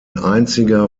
einziger